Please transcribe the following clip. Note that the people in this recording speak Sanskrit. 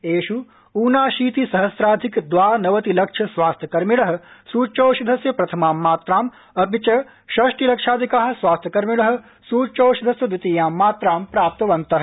एष् ऊनाशीति सहस्राधिक द्वानवति लक्ष स्वास्थ्यकर्मिणः सूच्यौषधस्य प्रथमां मात्राम् अपि च षष्टि लक्षाधिकाः स्वास्थ्य कर्मिणः सूच्यौषधस्य द्वितीयां मात्रां प्राप्तवन्तः